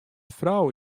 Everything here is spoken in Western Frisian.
frou